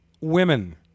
women